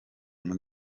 ijoro